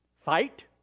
Fight